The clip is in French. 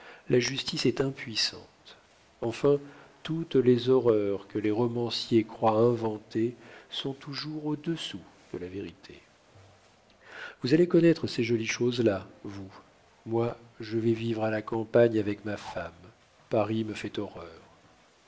la justice est impuissante enfin toutes les horreurs que les romanciers croient inventer sont toujours au dessous de la vérité vous allez connaître ces jolies choses-là vous moi je vais vivre à la campagne avec ma femme paris me fait horreur